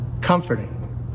comforting